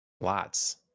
lots